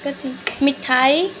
मिठाई